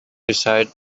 decided